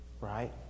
Right